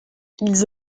ils